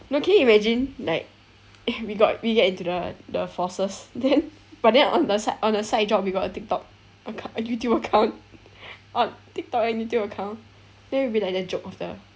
no can you imagine like we got we get into the the forces then but then on the si~ on the side job we got a tiktok accou~ a youtube account on tiktok and youtube account then we'll be like the joke of the